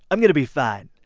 i'm going to be fine.